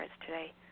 today